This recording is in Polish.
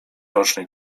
rocznej